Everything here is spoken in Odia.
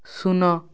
ଶୂନ